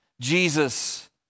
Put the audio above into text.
Jesus